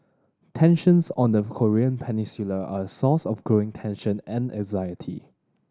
tensions on the Korean Peninsula are a source of growing tension and anxiety